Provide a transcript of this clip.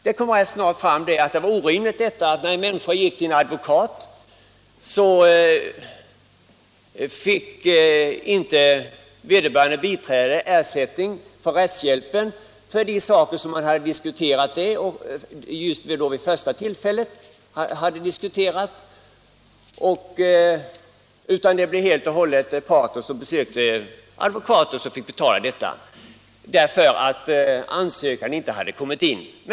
Det kom rätt snart fram att det var orimligt att, när en människa gick till advokat, vederbörande biträde inte fick ersättning av rättshjälpen för de saker man diskuterat just vid första tillfället utan att den part som sökte advokat själv fick betala — därför att ansökan inte hade kommit in.